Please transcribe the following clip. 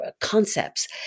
concepts